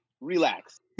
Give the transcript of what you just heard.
Relax